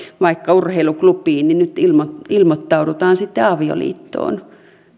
vaikka urheiluklubiin nyt ilmoittaudutaan sitten avioliittoon